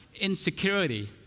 insecurity